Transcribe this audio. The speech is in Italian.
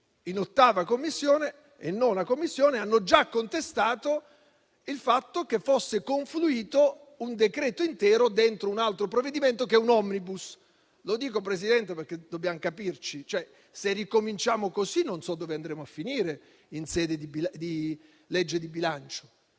in 8a e in 9a Commissione hanno già contestato il fatto che fosse confluito un decreto intero dentro un altro provvedimento, che è un *omnibus*. Signor Presidente, dobbiamo capirci: se ricominciamo così, non so dove andremo a finire in sede di legge di bilancio.